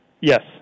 Yes